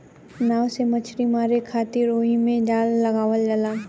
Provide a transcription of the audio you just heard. नाव से मछली मारे खातिर ओहिमे जाल लगावल जाला